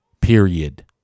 period